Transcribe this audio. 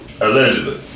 Allegedly